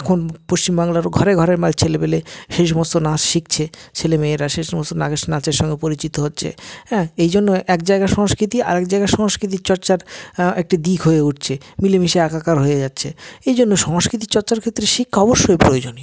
এখন পশ্চিমবাংলার ঘরে ঘরে মায় ছেলেপিলে সেই সমস্ত নাচ শিখছে ছেলেমেয়েরা সে সমস্ত নাগের নাচের সঙ্গে পরিচিত হচ্ছে হ্যাঁ এই জন্য এক জায়গার সংস্কৃতি আর এক সাংস্কৃতিক চর্চার হ্যাঁ একটি দিক হয়ে উঠছে মিলেমিশে একাকার হয়ে যাচ্ছে এই জন্য সংস্কৃতি চর্চার ক্ষেত্রে শিক্ষা অবশ্যই প্রয়োজনীয়